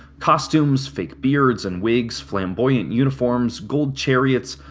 costumes, fake beards, and wigs, flamboyant uniforms, golden chariots,